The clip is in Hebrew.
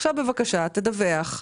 עכשיו, בבקשה, תדווח.